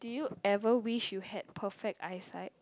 did you ever wish you had perfect eyesight